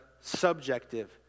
subjective